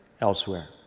elsewhere